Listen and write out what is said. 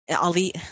Ali